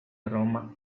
roma